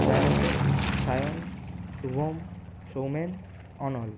Jayanta Sayan Shubham Soumen Anal